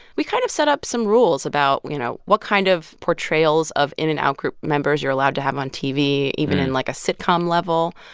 we kind of set up some rules about, you know, what kind of portrayals portrayals of in and out-group members you're allowed to have on tv, even in, like, a sitcom level,